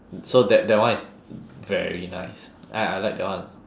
so that that one is very nice I I like that one